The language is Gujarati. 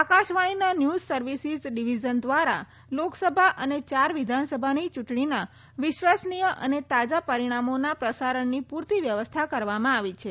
આકાશવાણીના ન્યૂઝ સર્વિસીઝ ડિવીઝન દ્વારા લોકસભા અને ચાર વિધાનસભાની ચૂંટણીના વિશ્વસનીય અને તાજાં પરિણામોના પ્રસારણની પૂરતી વ્યવસ્થા કરવામાં આવી છે